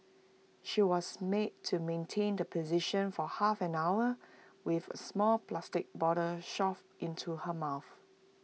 she was made to maintain the position for half an hour with A small plastic bottle shoved into her mouth